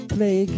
Play